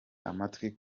amatwi